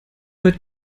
weit